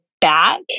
back